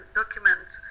documents